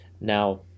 Now